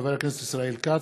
חבר הכנסת ישראל כץ,